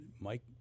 Mike